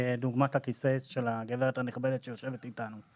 כדוגמת הכיסא של הגברת הנכבדת שיושבת איתנו.